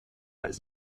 ist